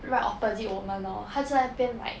right opposite 我们 lor 他在那边 like